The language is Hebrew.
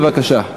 בבקשה.